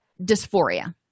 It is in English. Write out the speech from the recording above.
dysphoria